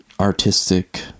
artistic